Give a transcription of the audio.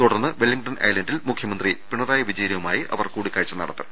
തുടർന്ന് വെല്ലിങ്ടൺ ഐലന്റിൽ മുഖ്യമന്ത്രി പിണ റായി വിജയനുമായി അവർ കൂടിക്കാഴ്ച നടത്തും